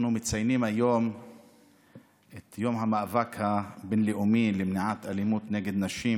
אנחנו מציינים היום את יום המאבק הבין-לאומי למניעת אלימות נגד נשים,